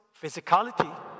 physicality